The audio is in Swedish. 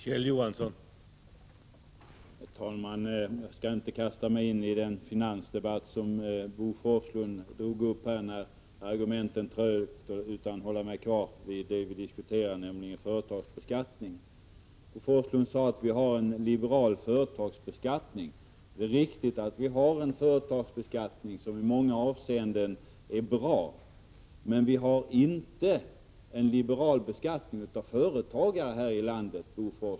Herr talman! Jag skall inte kasta mig in i den finansdebatt som Bo Forslund drog i gång när argumenten tröt utan hålla mig kvar vid det vi diskuterar, nämligen företagsbeskattningen. Bo Forslund sade att vi har en liberal företagsbeskattning. Det är riktigt att vi har en företagsbeskattning som i många avseenden är bra, men vi har inte en liberal beskattning av företagare här i landet, Bo Forslund.